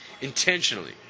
intentionally